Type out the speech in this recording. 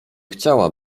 chciała